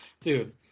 Dude